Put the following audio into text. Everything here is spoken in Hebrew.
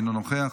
אינו נוכח,